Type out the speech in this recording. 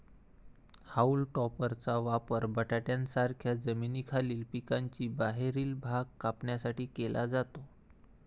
haulm टॉपरचा वापर बटाट्यांसारख्या जमिनीखालील पिकांचा बाहेरील भाग कापण्यासाठी केला जातो